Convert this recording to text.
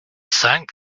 cinq